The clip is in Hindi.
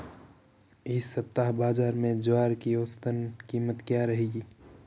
इस सप्ताह बाज़ार में ज्वार की औसतन कीमत क्या रहेगी?